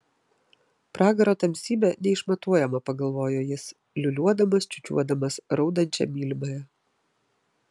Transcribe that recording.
pragaro tamsybė neišmatuojama pagalvojo jis liūliuodamas čiūčiuodamas raudančią mylimąją